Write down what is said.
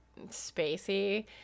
spacey